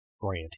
grant